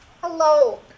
Hello